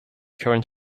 current